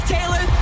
Taylor